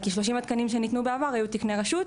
כי 30 התקנים שניתנו בעבר היו תקני רשות,